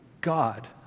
God